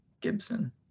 Gibson